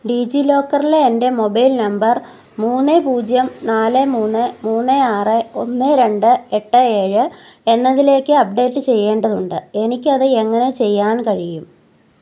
ഡീജിലോക്കറിലെ എൻ്റെ mobile number മൂന്ന് പൂജ്യം നാല് മൂന്ന് മൂന്ന് ആറ് ഒന്ന് രണ്ട് എട്ട് ഏഴ് എന്നതിലേക്ക് അപ്ഡേറ്റ് ചെയ്യേണ്ടതുണ്ട് എനിക്ക് അത് എങ്ങനെ ചെയ്യാൻ കഴിയും